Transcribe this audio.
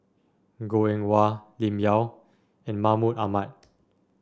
Goh Eng Wah Lim Yau and Mahmud Ahmad